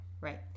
Right